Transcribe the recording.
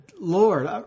lord